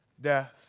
death